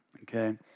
okay